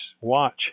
watch